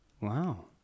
Wow